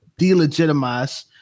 delegitimize